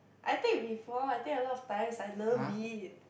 I take before I take a lot of times I loved it